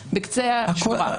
עמותה בקצה השורה.